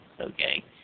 Okay